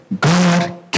God